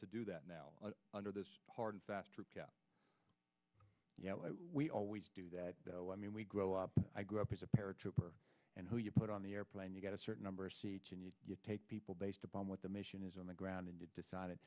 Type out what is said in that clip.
to do that now under this hard and fast troop we always do that though i mean we grow up i grew up as a paratrooper and who you put on the airplane you get a certain number of seats and you take people based upon what the mission is on the ground and it decided